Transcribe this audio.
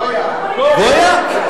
גויה?